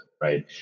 right